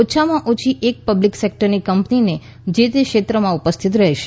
ઓછામાં ઓછી એક પબ્લિક સેક્ટરની કંપનીની જે તે ક્ષેત્રમાં ઉપસ્થિતી રહેશે